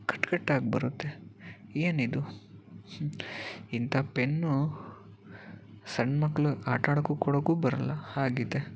ಕಟ್ಟಿ ಕಟ್ಟಾಗಿ ಬರುತ್ತೆ ಏನಿದು ಇಂತ ಪೆನ್ನು ಸಣ್ಣ ಮಕ್ಕಳಿಗೆ ಆಟ ಆಡೋಕ್ಕೂ ಕೊಡೋಕ್ಕೂ ಬರೋಲ್ಲ ಹಾಗಿದೆ